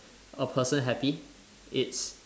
a person happy it's